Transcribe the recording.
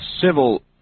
civil